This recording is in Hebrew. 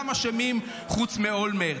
כולם אשמים חוץ מאולמרט.